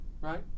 Right